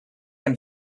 and